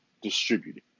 distributed